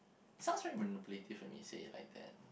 sounds very manipulative when you say it like that